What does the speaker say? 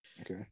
okay